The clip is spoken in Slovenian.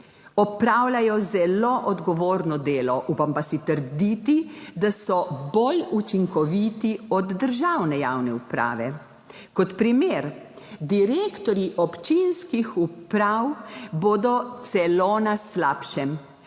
opravljajo zelo odgovorno delo. Upam pa si trditi, da so bolj učinkoviti od državne javne uprave, kot primer, direktorji občinskih uprav bodo celo na slabšem.